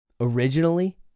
Originally